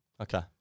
Okay